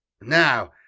Now